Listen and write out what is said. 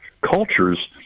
cultures